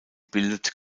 bildet